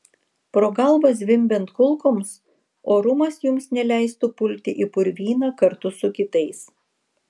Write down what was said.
pro galvą zvimbiant kulkoms orumas jums neleistų pulti į purvyną kartu su kitais